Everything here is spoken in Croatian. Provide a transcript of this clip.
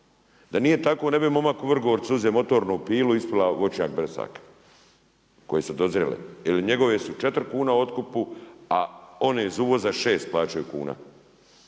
Da nije tako ne bi momak u Vrgorcu uzeo motornu pilu i ispilao voćnjak bresaka koje su dozrele jer njegove su 4 kune u otkupu, a one iz uvoza 6 plaćaju kuna.